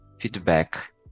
feedback